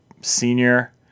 senior